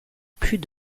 plus